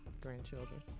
Grandchildren